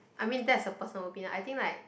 I mean that's a person will be like I think like